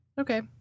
Okay